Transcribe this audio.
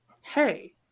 hey